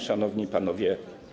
Szanowni Panowie!